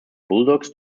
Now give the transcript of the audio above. bulldogs